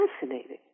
fascinating